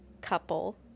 couple